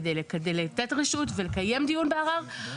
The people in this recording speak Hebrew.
כדי לתת רשות ולקיים דיון בערר,